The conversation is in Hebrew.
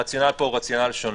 הרציונל פה הוא רציונל שונה.